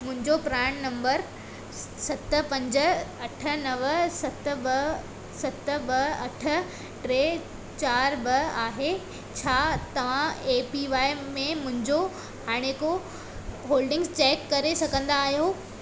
मुंहिंजो PRAN number सत पंज अठ नव सत ॿ सत ॿ अठ टे चार ॿ आहे छा तव्हां ए पी वाय में मुंहिंजो हाणे को होल्डिंग्स चेक करे सघंदा आहियो